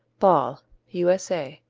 ball u s a.